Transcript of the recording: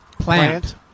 Plant